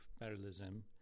parallelism